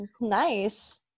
nice